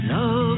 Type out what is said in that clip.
Love